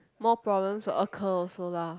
more problems will occur also lah